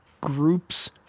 groups